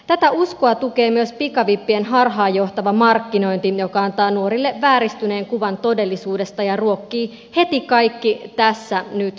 tätä uskoa tukee myös pikavippien harhaanjohtava markkinointi joka antaa nuorille vääristyneen kuvan todellisuudesta ja ruokkii heti kaikki tässä nyt henkeä